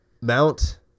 Mount